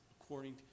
according